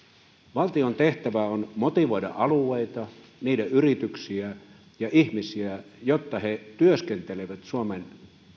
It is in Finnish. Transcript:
valtion tehtävä on motivoida alueita niiden yrityksiä ja ihmisiä jotta he työskentelevät suomen